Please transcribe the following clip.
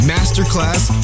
Masterclass